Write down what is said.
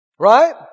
Right